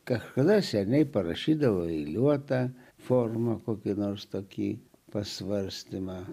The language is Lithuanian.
kažkada seniai parašydavau eiliuota forma kokį nors tokį pasvarstymą